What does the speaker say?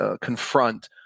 confront